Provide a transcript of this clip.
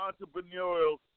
entrepreneurial